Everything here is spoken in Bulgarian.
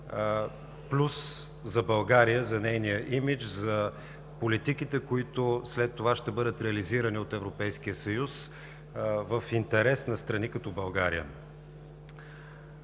плюс за България, за нейния имидж, за политиките, които след това ще бъдат реализирани от Европейския съюз в интерес на страни като България.